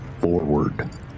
Forward